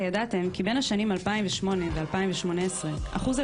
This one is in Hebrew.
(הקרנת סרטון) דווקא המשפט האחרון היה